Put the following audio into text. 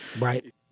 Right